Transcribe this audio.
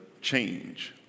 change